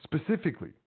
specifically